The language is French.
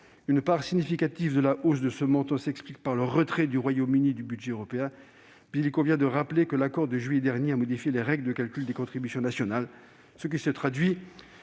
une part significative de la hausse de ce montant s'explique par le retrait du Royaume-Uni du budget européen. Mais il convient de rappeler que l'accord du mois de juillet dernier a modifié les règles de calcul des contributions nationales. Cela se traduit